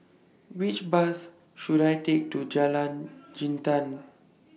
Which Bus should I Take to Jalan Jintan